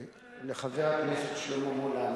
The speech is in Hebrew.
לחבר הכנסת שלמה מולה,